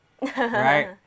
right